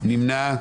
מי נמנע?